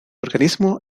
organismo